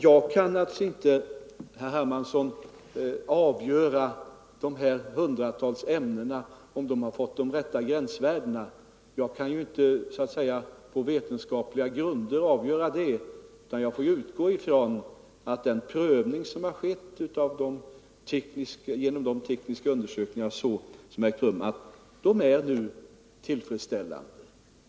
Jag kan naturligtvis inte, herr Hermansson, så att säga på vetenskapliga grunder avgöra om de här hundratals hälsofarliga ämnena har åsatts de rätta gränsvärdena, utan jag måste utgå från att den prövning genom tekniska undersökningar osv. som ägt rum är tillfredsställande.